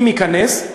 אם ייכנס,